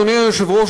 אדוני היושב-ראש,